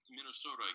Minnesota